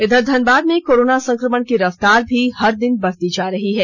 इधर धनबाद में कोरोना संक्रमण की रफ्तार भी हर दिन बढ़ती जा रही है